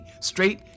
straight